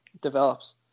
develops